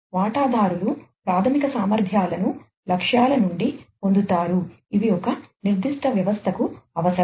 వాటాదారులు ప్రాథమిక సామర్థ్యాలను లక్ష్యాల నుండి పొందుతారు ఇవి ఒక నిర్దిష్ట వ్యవస్థకు అవసరం